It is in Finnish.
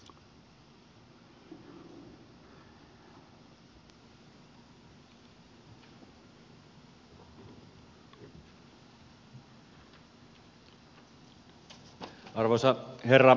arvoisa herra puhemies